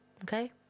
Okay